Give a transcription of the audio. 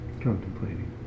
Contemplating